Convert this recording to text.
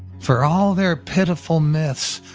for all their pitiful myths.